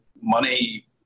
money